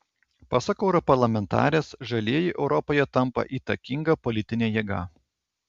pasak europarlamentarės žalieji europoje tampa įtakinga politine jėga